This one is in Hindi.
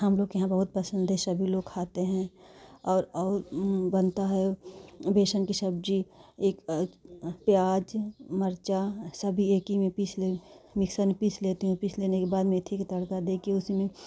हम लोग के यहाँ बहुत पसंद है सभी लोग खाते हैं और और बनता है बेसन की सब्ज़ी प्याज़ मिर्चा सभी एक ही में पीस मिक्सर में पीस लेती हूँ पीस लेने के बाद मेथी का तड़का देकर उसी में